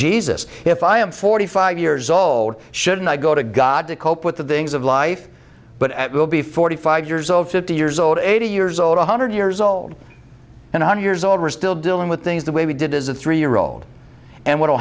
jesus if i am forty five years old shouldn't i go to god to cope with the things of life but at will be forty five years old fifty years old eighty years old one hundred years old and a hundred years old ryssdal dealing with things the way we did as a three year old and what